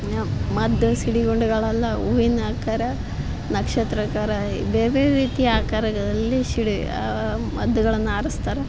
ಮದ್ದು ಸಿಡಿಗುಂಡುಗಳೆಲ್ಲ ಹೂವಿನ ಆಕಾರ ನಕ್ಷತ್ರಾಕಾರ ಬೇರೆ ಬೇರೆ ರೀತಿಯ ಆಕಾರಗಳಲ್ಲಿ ಸಿಡಿ ಮದ್ದುಗಳನ್ನ ಹಾರಿಸ್ತಾರ